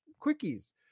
quickies